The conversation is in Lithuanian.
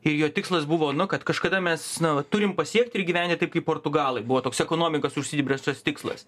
ir jo tikslas buvo nu kad kažkada mes na turim pasiekti ir gyventi taip kaip portugalai buvo toks ekonomikos užsibrėžtas tikslas